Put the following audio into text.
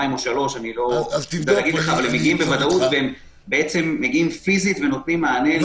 מגיעים פיזית ונותנים מענה.